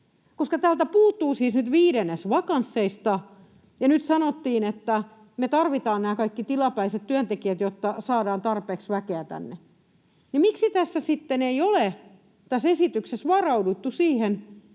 täältä puuttuu nyt siis viidennes vakansseista, ja nyt sanottiin, että me tarvitaan nämä kaikki tilapäiset työntekijät, jotta saadaan tarpeeksi väkeä tänne, niin miksi tässä esityksessä ei sitten ole varauduttu siihen,